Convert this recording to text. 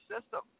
system